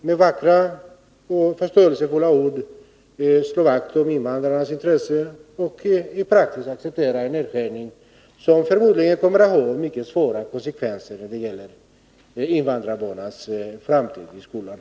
Med vackra och förståelsefulla ord från talarstolen säger man sig slå man vakt om invandrarnas intressen, men i praktiken accepterar man en nedskärning som förmodligen kommer att få mycket svåra konsekvenser för invandrarbarnens skolgång i framtiden.